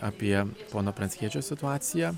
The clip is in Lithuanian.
apie pono pranckiečio situaciją